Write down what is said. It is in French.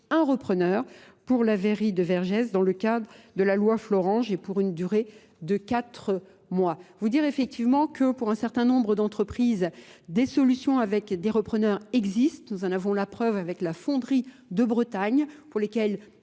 un repreneur pour la verrie de Vergès dans le cadre de la loi Florence et pour une durée de quatre mois. Vous direz effectivement que pour un certain nombre d'entreprises Des solutions avec des repreneurs existent. Nous en avons la preuve avec la Fonderie de Bretagne pour lesquelles